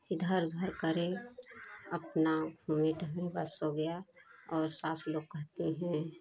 इधर उधर करे अपना घूमे टहलें बस हो गया और सास लोग कहती हैं